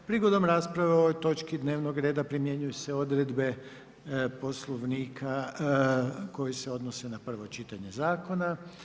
Prigodom rasprave o ovoj točki dnevnog reda primjenjuju se odredbe Poslovnika koje se odnose na prvo čitanje zakona.